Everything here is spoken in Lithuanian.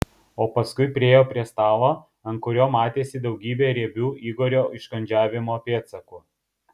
o paskui priėjo prie stalo ant kurio matėsi daugybė riebių igorio užkandžiavimo pėdsakų